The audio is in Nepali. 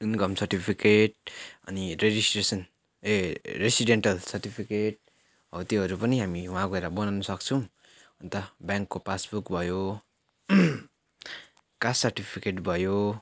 इन्कम सर्टिफिकेट अनि रेजिस्ट्रेसन ए रेसिडेन्टल सर्टिफिकेट हो त्योहरू पनि हामी वहाँ गएर बनाउनु सक्छौँ अन्त ब्याङ्कको पासबुक भयो कास्ट सर्टिफिकेट भयो